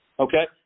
Okay